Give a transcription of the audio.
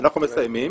אנחנו מסיימים.